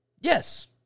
Yes